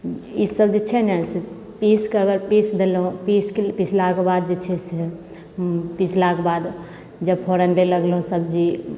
ईसब जे छै ने से पीसके अगर पीस देलहुँ आ पीसके पीसलाके बाद जे छै से पीसलाके बाद जब फोरन दै लगलहुँ सबजी